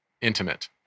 intimate